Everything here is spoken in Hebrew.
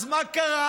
אז מה קרה?